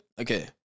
Okay